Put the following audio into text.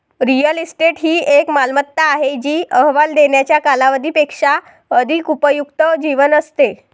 real estate ही एक मालमत्ता आहे जी अहवाल देण्याच्या कालावधी पेक्षा अधिक उपयुक्त जीवन असते